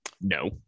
No